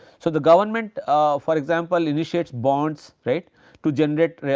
so, the government for example, initiates bonds right to generate